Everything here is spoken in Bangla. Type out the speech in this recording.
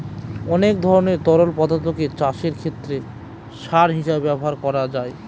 অনেক ধরনের তরল পদার্থকে চাষের ক্ষেতে সার হিসেবে ব্যবহার করা যায়